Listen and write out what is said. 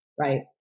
right